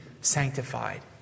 sanctified